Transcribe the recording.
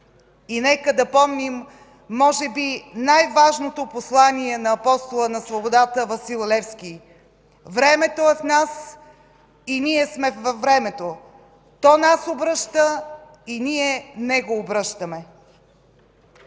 И нека да помним може би най-важното послание на Апостола на свободата Васил Левски: „Времето е в нас и ние сме във времето. То нас обръща и ние него обръщаме!”.